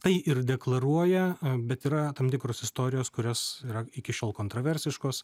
tai ir deklaruoja bet yra tam tikros istorijos kurios yra iki šiol kontraversiškos